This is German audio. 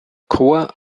korps